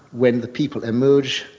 when the people emerge,